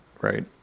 right